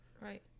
right